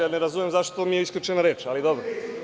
Ja ne razumem zašto mi je isključena reč, ali dobro.